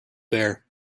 bare